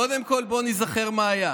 קודם כול בואו ניזכר מה היה.